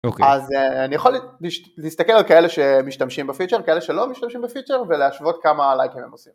אז אני יכול להסתכל על כאלה שמשתמשים בפיצ'ר, כאלה שלא משתמשים בפיצ'ר ולהשוות כמה לייקים הם עושים.